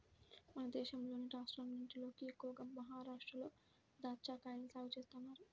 మన దేశంలోని రాష్ట్రాలన్నటిలోకి ఎక్కువగా మహరాష్ట్రలో దాచ్చాకాయల్ని సాగు చేత్తన్నారు